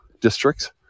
districts